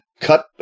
cut